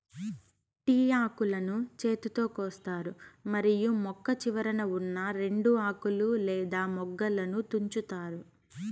tea ఆకులను చేతితో కోస్తారు మరియు మొక్క చివరన ఉన్నా రెండు ఆకులు లేదా మొగ్గలను తుంచుతారు